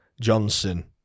Johnson